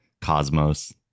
cosmos